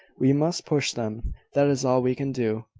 we must push them that is all we can do.